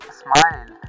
smile